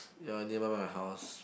ya nearby my house